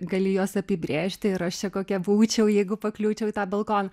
gali juos apibrėžti ir aš čia kokia būčiau jeigu pakliūčiau į tą balkoną